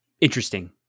interesting